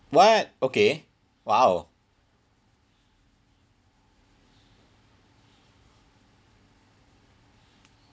what okay !wow!